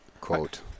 quote